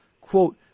quote